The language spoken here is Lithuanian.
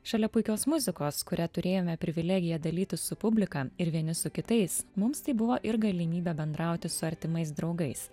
šalia puikios muzikos kuria turėjome privilegiją dalytis su publika ir vieni su kitais mums tai buvo ir galimybė bendrauti su artimais draugais